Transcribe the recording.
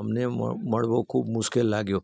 અમને મળવો ખૂબ મુશ્કેલ લાગ્યો